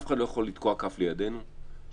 אף אחד לא יכול לתקוע כף לידנו שהבדיקה